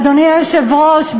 אדוני היושב-ראש,